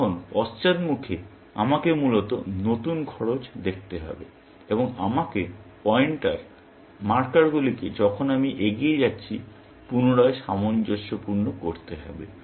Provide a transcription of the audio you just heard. এখন পশ্চাৎ মুখে আমাকে মূলত নতুন খরচ দেখতে হবে এবং আমাকে পয়েন্টার মার্কারগুলিকে যখন আমি এগিয়ে যাচ্ছি পুনরায় সামঞ্জস্যপূর্ণ করতে হবে